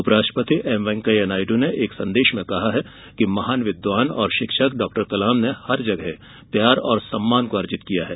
उपराष्ट्रपति एम वेंकैया नायडू ने एक संदेश में कहा कि महान विद्वान और शिक्षक डॉ कलाम ने हर जगह प्यार और सम्मान अर्जित किया है